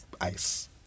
Ice